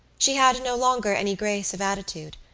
she had no longer any grace of attitude,